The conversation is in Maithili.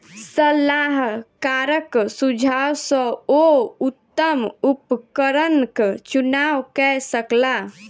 सलाहकारक सुझाव सॅ ओ उत्तम उपकरणक चुनाव कय सकला